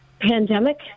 pandemic